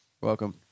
Welcome